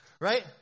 Right